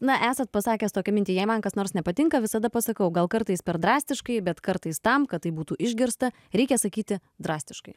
na esat pasakęs tokią mintį jei man kas nors nepatinka visada pasakau gal kartais per drastiškai bet kartais tam kad tai būtų išgirsta reikia sakyti drastiškai